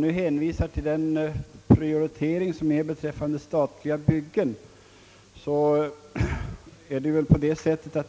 Nu hänvisar man till den prioritering som görs för statliga byggen, men